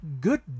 good